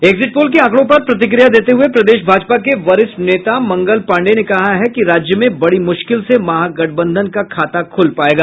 exit poll के आंकड़ों पर प्रतिक्रिया देते हुये प्रदेश भाजपा के वरिष्ठ नेता मंगल पांडेय ने कहा कि राज्य में बड़ी मुश्किल से महागठबंधन का खाता खुल पायेगा